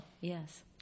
Yes